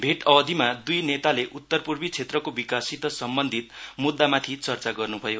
भेट अवधिमा दुई नेताले उत्तरपूर्वी क्षेत्रको विकाससित सम्बन्धित मुद्दामाथि चर्चा गर्नुभयो